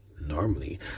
normally